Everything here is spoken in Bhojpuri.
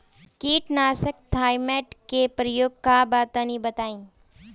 कीटनाशक थाइमेट के प्रयोग का बा तनि बताई?